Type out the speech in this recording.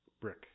Brick